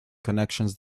connections